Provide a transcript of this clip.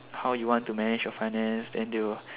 how you want to manage your finance then they will